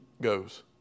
goes